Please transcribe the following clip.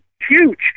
huge